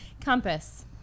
Compass